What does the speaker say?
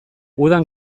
udan